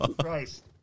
Christ